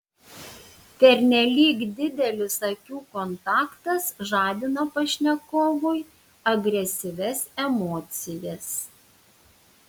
pernelyg didelis akių kontaktas žadina pašnekovui agresyvias emocijas